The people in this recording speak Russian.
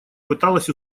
пыталась